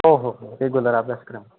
हो हो हो रेगुलर अभ्यासक्रम